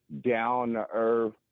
down-to-earth